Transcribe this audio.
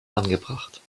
angebracht